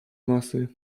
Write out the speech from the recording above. masy